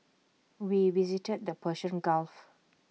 we visited the Persian gulf